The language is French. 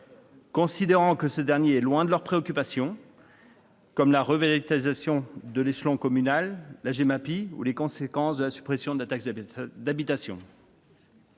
considérant que ce dernier est loin de leurs préoccupations comme la revitalisation de l'échelon communal, la GEMAPI ou les conséquences de la suppression de la taxe d'habitation.